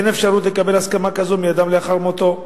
אין אפשרות לקבל הסכמה כזו מאדם לאחר מותו.